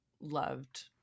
loved